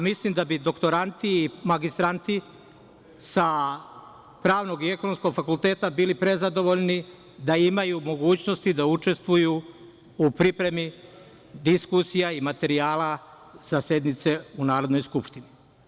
Mislim da bi doktoranti i magistranti sa pravnog i ekonomskog fakulteta bili prezadovoljni da imaju mogućnosti da učestvuju u pripremi diskusija i materijala sa sednice u Narodnoj skupštini.